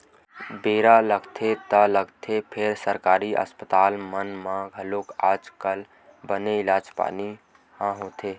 बेरा लगथे ता लगथे फेर सरकारी अस्पताल मन म घलोक आज कल बने इलाज पानी ह होथे